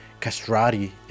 Castrati